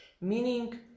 Meaning